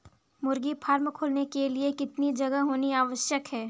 मुर्गी फार्म खोलने के लिए कितनी जगह होनी आवश्यक है?